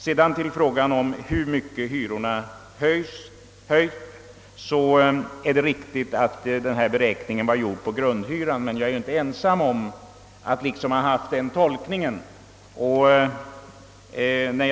Vad beträffar hyreshöjningarnas storlek vill jag säga att det är riktigt att beräkningen var gjord på grundhyrorna, men jag är inte ensam om den tolkning jag tidigare gjorde.